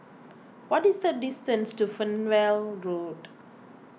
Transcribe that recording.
what is the distance to Fernvale Road